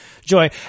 joy